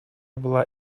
была